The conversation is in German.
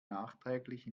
nachträglich